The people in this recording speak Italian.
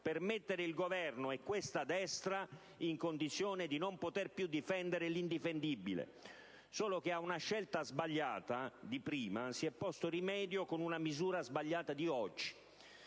per mettere il Governo e questa destra in condizione di non poter difendere l'indifendibile. Solo che a una scelta sbagliata di prima si è posto rimedio con una misura sbagliata di oggi.